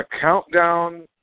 countdown